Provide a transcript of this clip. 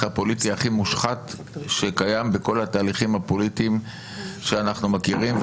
הפוליטי הכי מושחת שקיים בכל התהליכים הפוליטיים שאנחנו מכירים,